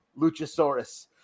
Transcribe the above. luchasaurus